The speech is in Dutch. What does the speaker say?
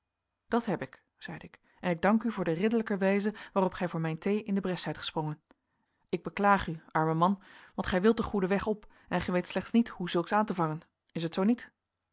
dat heb ik zeide ik en ik dank u voor de ridderlijke wijze waarop gij voor mijn thee in de bres zijt gesprongen ik beklaag u arme man want gij wilt den goeden weg op en gij weet slechts niet hoe zulks aan te vangen is het zoo niet